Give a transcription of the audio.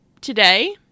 today